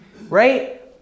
Right